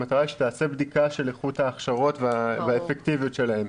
המטרה היא בסוף שתיעשה בדיקה של איכות ההכשרות והאפקטיביות שלהן,